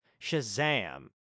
Shazam